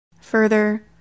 Further